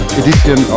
edition